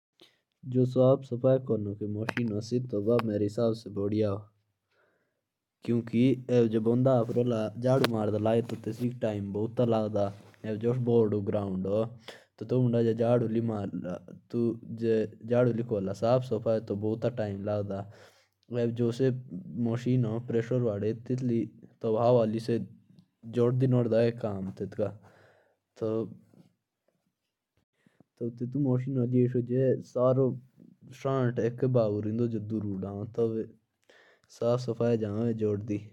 जो सफ करने की मशीन होती ह तो उससे जल्दी में काम हो जाता ह घडू से लेट में होता ह।